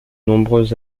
nombreux